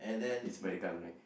it's Spider Kang right